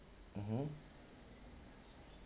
mmhmm